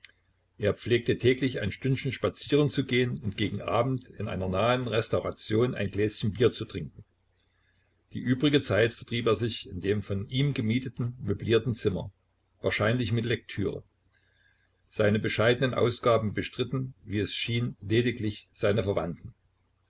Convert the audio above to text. er pflegte täglich ein stündchen spazieren zu gehen und gegen abend in einer nahen restauration ein gläschen bier zu trinken die übrige zeit vertrieb er sich in dem von ihm gemieteten möblierten zimmer wahrscheinlich mit lektüre seine bescheidenen ausgaben bestritten wie es schien lediglich seine verwandten